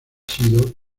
sido